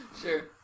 Sure